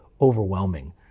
overwhelming